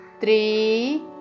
three